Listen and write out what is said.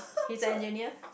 he is an engineer